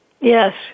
Yes